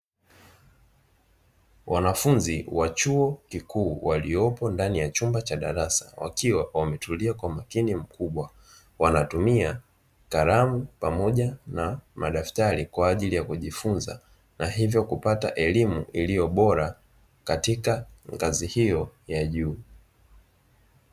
Wanafunzi wa chuo kikuu waliopo ndani ya chumba cha darasa, wakiwa wametulia kwa umakini mkubwa. Wanatumia kalamu pamoja na madaftari kwa ajili ya kujifunza, na hivyo kupata elimu iliyo bora katika ngazi hiyo ya juu.